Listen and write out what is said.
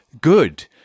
Good